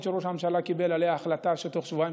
שראש הממשלה קיבל עליה החלטה שבתוך שבועיים